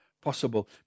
possible